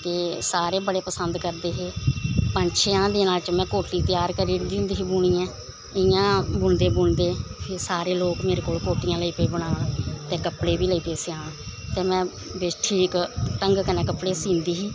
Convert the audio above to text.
ते सारे बड़े पसंद करदे हे पंज छेआं दिनां च में कोटी त्यार करी ओड़दी होंदी ही बुनियै इ'यां बुनदे बुनदे फ्ही सारे लोग मेरे कोल कोटियां लेई पे बुनान ते कपड़े बी लेई पे सेआन ते में ठीक ढंगै कन्नै कपड़े सींदी ही